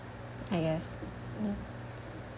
I guess hmm